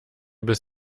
bis